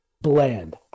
Bland